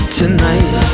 tonight